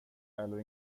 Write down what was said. eller